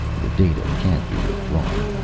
the data can't be withdrawn!